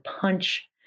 Punch